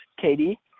Katie